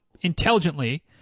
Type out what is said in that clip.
intelligently